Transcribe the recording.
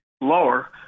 lower